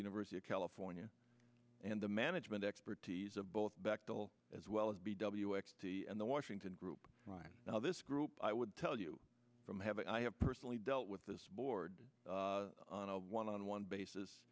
university of california and the management expertise of both back till as well as b w x t and the washington group right now this group i would tell you from having i have personally dealt with this board on a one on one basis